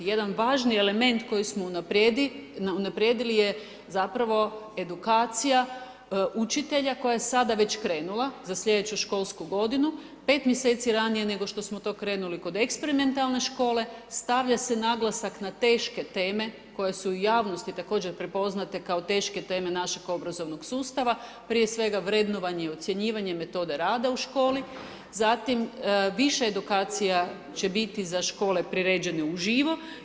Jedan važni element koji smo unaprijedili je zapravo edukacija učitelja koja je sada već krenula za sljedeću školsku godinu 5 mjeseci ranije nego što smo to krenuli kod eksperimentalne škole, stavlja se naglasak na teške teme koje su u javnosti također prepoznate kao teške teme našeg obrazovnog sustava, prije svega vrednovanje i ocjenjivanje, metode rada u školi, zatim više edukacija će biti za škole priređene uživo.